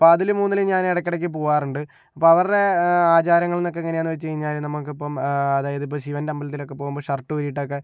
അപ്പം അതില് മൂന്നില് ഞാൻ ഇടയ്ക്കിടയ്ക്ക് പോകാറുണ്ട് അപ്പം അവരുടെ ആചാരങ്ങൾ എന്നൊക്കെ എങ്ങനാന്ന് വെച്ച് കഴിഞ്ഞാല് നമക്കിപ്പം അതായത് ഇപ്പം ശിവൻ്റെ അമ്പലത്തിലൊക്കെ പോകുമ്പോൾ ഷർട്ടൂരിട്ടൊക്കെ